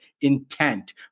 intent